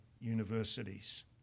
universities